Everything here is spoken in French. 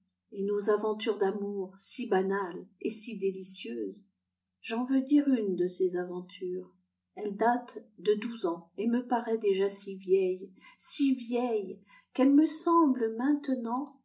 et nos aventures d'amour si banales et si délicieuses j'en veux dire une de ces aventures elle date de douze ans et me paraît déjà si vieille si vieille qu'elle me semble maintenant